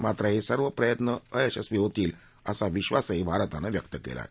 मात्र हे सर्व प्रत्यन अयशस्वी होतील असा विश्वासही भारतानं वव्यक्त केला आहे